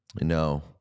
No